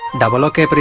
double okay, but